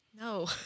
No